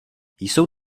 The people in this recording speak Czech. jsou